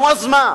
נו, אז מה?